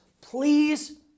Please